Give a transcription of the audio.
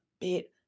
bit